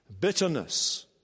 Bitterness